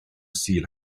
sul